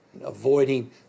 avoiding